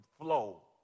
flow